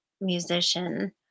musician